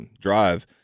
drive